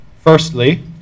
Firstly